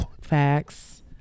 Facts